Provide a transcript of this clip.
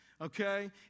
Okay